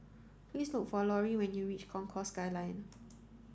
please look for Lauri when you reach Concourse Skyline